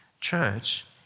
Church